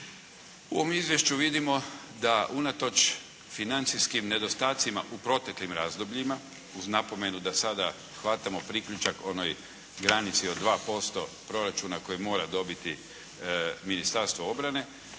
U ovom izvješću vidimo da unatoč financijskim nedostacima u proteklim razdobljima uz napomenu da sada hvatamo priključak onoj granici od 2% proračuna koje mora dobiti Ministarstvo obrane.